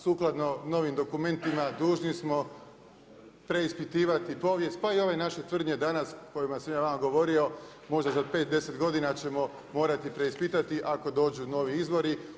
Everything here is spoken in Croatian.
Sukladno novim dokumentima dužni smo preispitivati povijest pa i ove naše tvrdnje danas koje sam ja vama govorio možda za pet, deset godina ćemo morati preispitati ako dođu novi izbori.